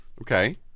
Okay